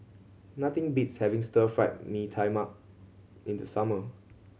nothing beats having Stir Fry Mee Tai Mak in the summer